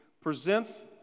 presents